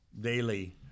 daily